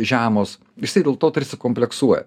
žemos jisai dėl to tarsi kompleksuoja